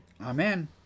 Amen